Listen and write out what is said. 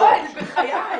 הוא וסיעתו,